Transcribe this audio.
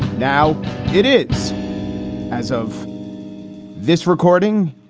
now it is as of this recording,